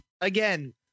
Again